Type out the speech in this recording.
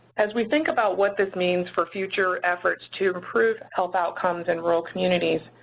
as we think about what this means for future efforts to improve health outcomes in rural communities,